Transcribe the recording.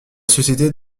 société